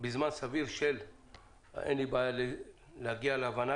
בזמן סביר אין לי בעיה להגיע להבנה